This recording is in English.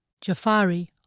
Jafari